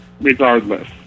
Regardless